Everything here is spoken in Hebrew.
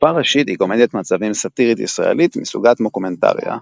קופה ראשית היא קומדיית מצבים סאטירית ישראלית מסוגת מוקומנטריה.